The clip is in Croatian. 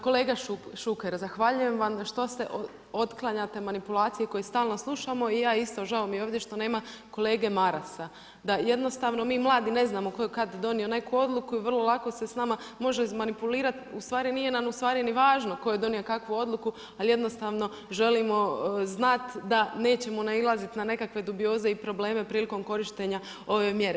Kolega Šuker, zahvaljujem vam što se otklanjate manipulaciji koje stalno slušamo i ja isto, žao mi je ovdje što nema kolege Marasa da jednostavno mi mladi ne znamo koju i kada donio neku odluku i vrlo lako se s nama može izmanipulirati, ustvari nije nam u stvari ni važno tko je donio kakvu odluku, ali jednostavno želimo znati da nećemo nailaziti na nekakve dubioze i probleme prilikom korištenja ove mjere.